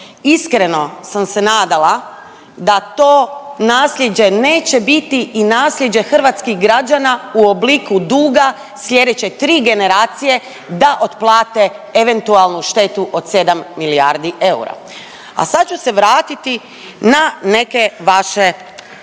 iskreno sam se nadala da to nasljeđe neće biti i nasljeđe hrvatskih građana u obliku duga sljedeće 3 generacije da otplate eventualnu štetu od 7 milijardi eura, a sad ću se vratiti na neke vaše postavke